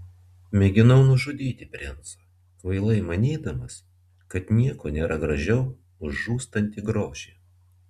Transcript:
mėginau nužudyti princą kvailai manydamas kad nieko nėra gražiau už žūstantį grožį